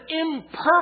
imperfect